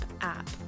app